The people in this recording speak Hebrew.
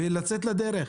ולצאת לדרך.